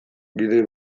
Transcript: gidoi